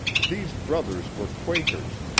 these brothers were quakers,